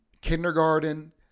kindergarten